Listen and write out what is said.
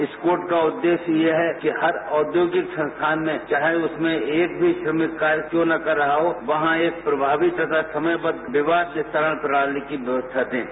इस कोड का उद्देश्य यह है कि हर औद्योगिक संस्थान में चाहे उसमें एक भी श्रमिक कार्य क्यों ना कर रहा हो वहां एक प्रभावी तथा समयबद्ध विवाद निस्तारण प्रणाली की व्यवस्था हैं